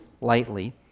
lightly